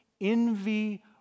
envy